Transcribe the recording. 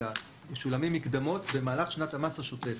אלא משולמות מקדמות במהלך שנת המס השוטפת.